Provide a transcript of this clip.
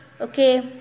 okay